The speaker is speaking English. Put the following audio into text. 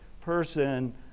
person